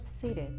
seated